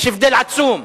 יש הבדל עצום.